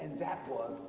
that one